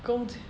工钱